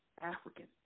African